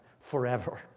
forever